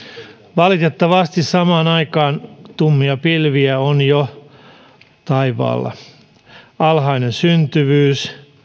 valitettavasti samaan aikaan tummia pilviä on jo taivaalla alhainen syntyvyys